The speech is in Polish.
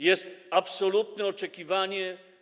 Jest absolutne oczekiwanie.